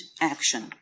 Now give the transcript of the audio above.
action